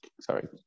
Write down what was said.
Sorry